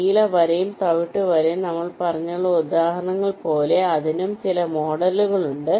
നീല വരയും തവിട്ട് വരയും നമ്മൾ പറഞ്ഞ ഉദാഹരണങ്ങൾ പോലെ അതിനും ചില മോഡലുകൾ ഉണ്ട്